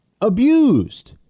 abused